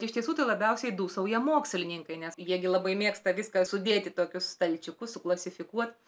iš tiesų tai labiausiai dūsauja mokslininkai nes jie gi labai mėgsta viską sudėti į tokius stalčiukus suklasifikuot